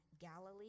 Galilee